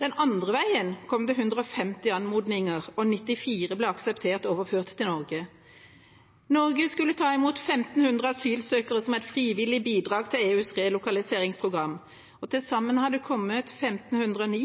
Den andre veien kom det 150 anmodninger, og 94 ble akseptert overført til Norge. Norge skulle ta imot 1 500 asylsøkere som et frivillig bidrag til EUs relokaliseringsprogram. Til sammen har det kommet 1 509,